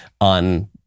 on